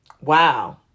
Wow